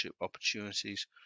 opportunities